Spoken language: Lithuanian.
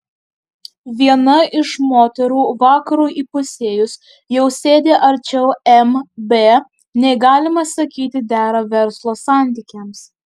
viena iš moterų vakarui įpusėjus jau sėdi arčiau mb nei galima sakyti dera verslo santykiams